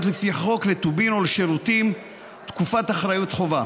לפי החוק לטובין ולשירותים (תקופת אחריות חובה),